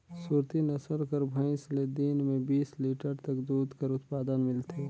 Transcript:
सुरती नसल कर भंइस ले दिन में बीस लीटर तक दूद कर उत्पादन मिलथे